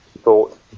thought